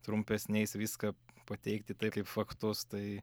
trumpesniais viską pateikti tai kaip faktus tai